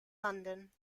london